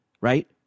right